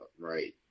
Right